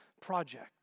project